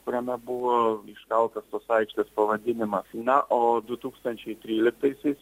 kuriame buvo iškaltas tos aikštės pavadinimas na o du tūkstančiai tryliktaisiais